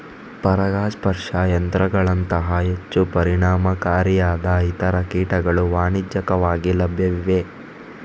ಪರಾಗಸ್ಪರ್ಶ ಯಂತ್ರಗಳಂತಹ ಹೆಚ್ಚು ಪರಿಣಾಮಕಾರಿಯಾದ ಇತರ ಕೀಟಗಳು ವಾಣಿಜ್ಯಿಕವಾಗಿ ಲಭ್ಯವಿವೆ